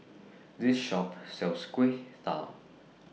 This Shop sells Kueh Talam